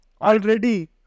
Already